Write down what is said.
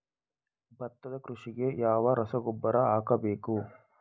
ಭತ್ತದ ಕೃಷಿಗೆ ಯಾವ ರಸಗೊಬ್ಬರ ಹಾಕಬೇಕು?